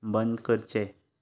बंद करचें